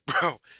Bro